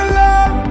love